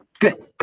good.